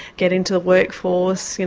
get into the workforce, you know,